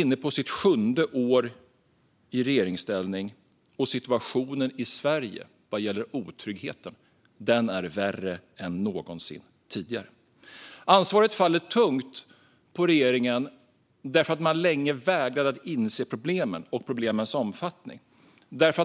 är inne på sitt sjunde år i regeringsställning, och situationen i Sverige vad gäller otryggheten är värre än någonsin tidigare. Ansvaret faller tungt på regeringen, som länge vägrade att inse problemen och deras omfattning.